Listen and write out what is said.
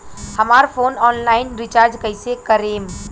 हमार phone online recharge कईसे करेम?